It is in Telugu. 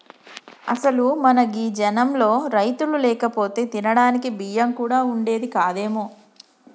అసలు మన గీ జనంలో రైతులు లేకపోతే తినడానికి బియ్యం కూడా వుండేది కాదేమో